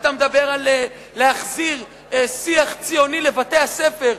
אתה מדבר על להחזיר שיח ציוני לבתי-הספר,